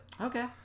Okay